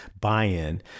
buy-in